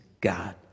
God